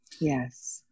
yes